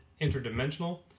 interdimensional